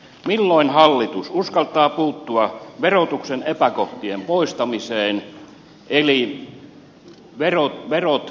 milloin hallitus uskaltaa puuttua verotuksen epäkohtien poistamiseen eli verot maksukyvyn mukaan